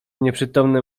nieprzytomne